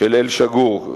של אל-שגור.